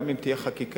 גם אם תהיה חקיקה,